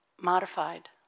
modified